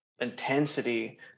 intensity